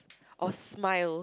or smile